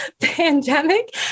pandemic